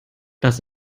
das